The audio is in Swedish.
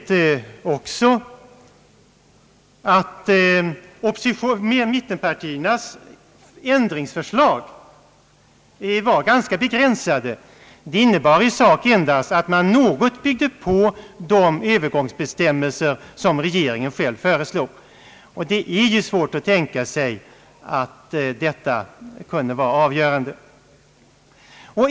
Vi vet också att mittenpartiernas ändringsförslag var ganska begränsade. De innebar i sak endast att man något byggde på de övergångsbestämmelser som regeringen själv föreslog. Det är svårt att tänka sig att detta kunde vara avgörande.